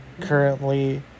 currently